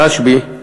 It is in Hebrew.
רשב"י,